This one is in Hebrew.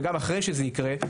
וגם אחרי שזה יקרה,